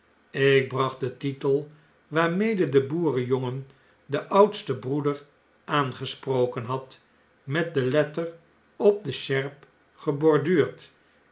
ik bracht den titel waarmede de boerenjongen den oudsten broeder aangesproken had met den letter op de sjerp